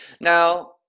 Now